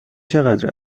چقدر